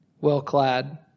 well-clad